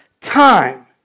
time